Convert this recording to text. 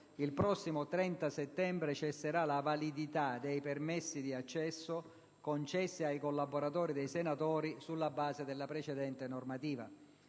il prossimo 30 settembre cesserà la validità dei permessi di accesso concessi ai collaboratori dei senatori sulla base della precedente normativa.